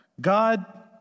God